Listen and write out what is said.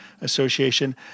Association